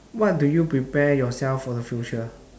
what do you prepare yourself for the future